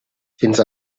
fins